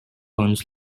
owns